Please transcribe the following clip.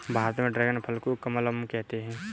भारत में ड्रेगन फल को कमलम कहते है